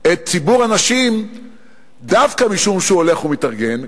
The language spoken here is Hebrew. את ציבור הנשים דווקא משום שהוא הולך ומתארגן,